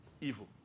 evil